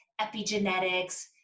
epigenetics